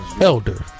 Elder